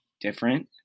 different